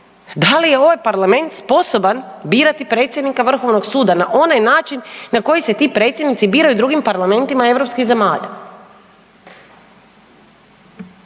da li je ovaj Parlament sposoban birati predsjednika Vrhovnog suda na onaj način na koji se ti predsjednici biraju u drugim parlamentima europskih zemalja.